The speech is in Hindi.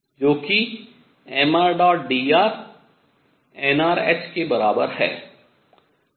जो कि mṙdr nrh के बराबर है